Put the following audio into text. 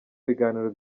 biganiro